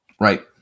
Right